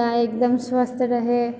गाइ एकदम स्वस्थ रहै